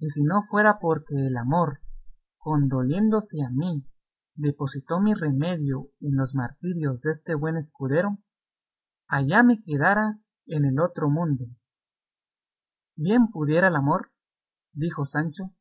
y si no fuera porque el amor condoliéndose de mí depositó mi remedio en los martirios deste buen escudero allá me quedara en el otro mundo bien pudiera el amor dijo sancho